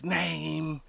name